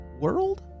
world